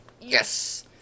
yes